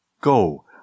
Go